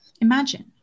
Imagine